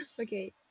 Okay